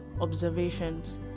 observations